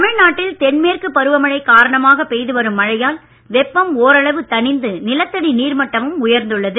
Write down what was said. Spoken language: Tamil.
தமிழ்நாட்டில் தென்மேற்கு பருவமழை காரணமாக பெய்து வரும் வெப்பம் ஓரளவு தணிந்து மழையால் நிலத்தடி நீர்மட்டமும் உயர்ந்துள்ளது